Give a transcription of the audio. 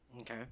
Okay